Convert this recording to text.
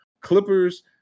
Clippers